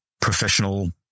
professional